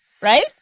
Right